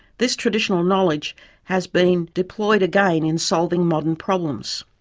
this traditional knowledge has been deployed again in solving modern problems.